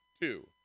two